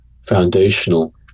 foundational